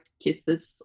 kisses